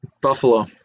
Buffalo